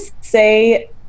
say